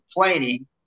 complaining